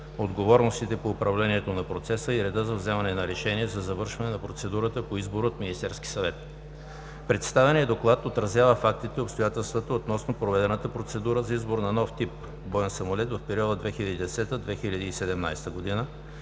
отговорностите по управлението на процеса и реда за вземане на решение за завършване на процедурата по избора от Министерския съвет. Представеният доклад отразява фактите и обстоятелствата относно проведената процедура за избор на нов тип боен самолет в периода 2010 – 2017 г.,